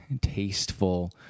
tasteful